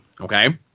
Okay